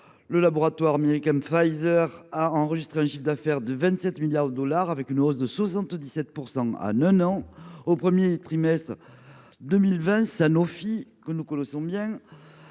le laboratoire américain Pfizer a enregistré un chiffre d’affaires de 27 milliards de dollars, soit une hausse de 77 % en un an ; au premier trimestre 2020, Sanofi a publié un